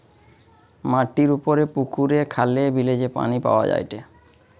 মাটির উপরে পুকুরে, খালে, বিলে যে পানি পাওয়া যায়টে